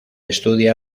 estudia